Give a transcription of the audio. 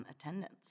attendance